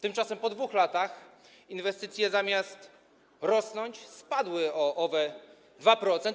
Tymczasem po 2 latach inwestycje, zamiast rosnąć, spadły o owe 2%.